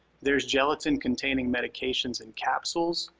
there's gelatin-containing medications and capsules.